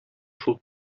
шул